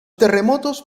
terremotos